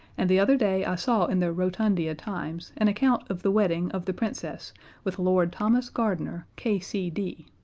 and the other day i saw in the rotundia times an account of the wedding of the princess with lord thomas gardener, k c d,